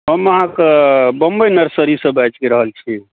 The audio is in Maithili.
हम अहाँके बम्बइ नर्सरीसँ बाजि रहल छी